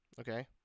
Okay